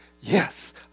yes